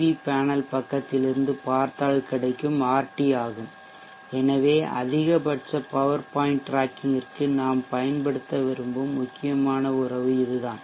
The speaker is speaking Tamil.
வி பேனல் பக்கத்தில் இருந்து பார்த்தால் கிடைக்கும் RT ஆகும் எனவே அதிகபட்ச பவர் பாயிண்ட் டிராக்கிங்கிற்கு நாம் பயன்படுத்த விரும்பும் முக்கியமான உறவு இதுதான்